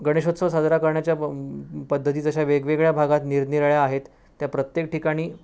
गणेशोत्सव साजरा करण्याच्या पद्धती जशा वेगवेगळ्या भागात निरनिराळ्या आहेत त्या प्रत्येक ठिकाणी